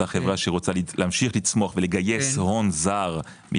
אותה חברה שרוצה להמשיך לצמוח ולגייס הון זר,